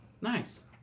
nice